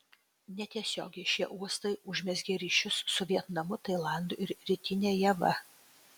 netiesiogiai šie uostai užmezgė ryšius su vietnamu tailandu ir rytine java